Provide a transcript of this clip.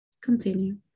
Continue